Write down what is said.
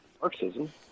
Marxism